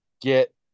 get